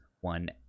one